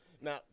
now